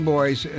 Boys